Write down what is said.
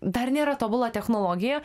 dar nėra tobula technologija